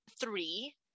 three